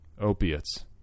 opiates